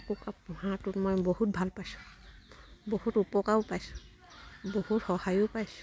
হাঁহটোত মই বহুত ভাল পাইছোঁ বহুত উপকাৰো পাইছোঁ বহুত সহায়ো পাইছোঁ